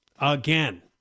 again